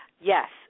Yes